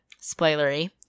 spoilery